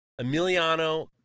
Emiliano